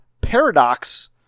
Paradox